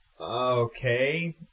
Okay